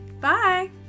Bye